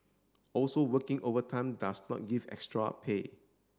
also working overtime does not give extra pay